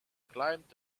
climbed